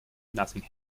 nothing